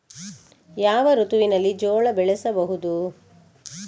ಯಾವ ಋತುವಿನಲ್ಲಿ ಜೋಳ ಬೆಳೆಸಬಹುದು?